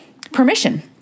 permission